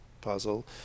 puzzle